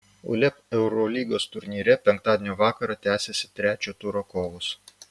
uleb eurolygos turnyre penktadienio vakarą tęsiasi trečio turo kovos